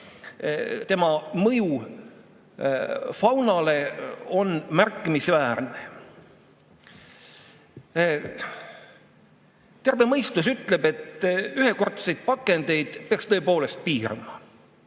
selle mõju faunale on märkimisväärne. Terve mõistus ütleb, et ühekordseid pakendeid peaks tõepoolest piirama.